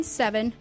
seven